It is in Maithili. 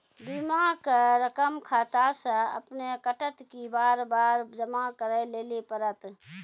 बीमा के रकम खाता से अपने कटत कि बार बार जमा करे लेली पड़त?